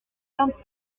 vingt